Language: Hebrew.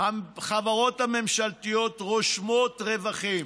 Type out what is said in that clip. החברות הממשלתיות רושמות רווחים.